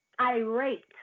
irate